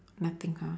nothing ha